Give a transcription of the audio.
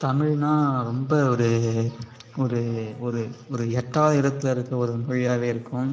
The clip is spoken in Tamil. தமிழ்னால் ரொம்ப ஒரு ஒரு ஒரு ஒரு எட்டாத இடத்துல இருக்கிற ஒரு மொழியாகவே இருக்கும்